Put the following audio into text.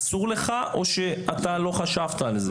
אסור לך או שאתה לא חשבת על זה?